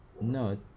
no